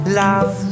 love